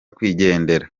kwigendera